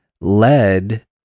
led